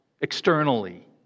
externally